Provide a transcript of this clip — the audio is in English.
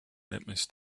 litmus